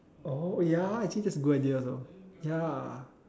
oh ya actually that's a good idea also ya